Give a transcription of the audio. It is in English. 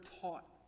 taught